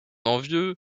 envieux